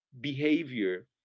behavior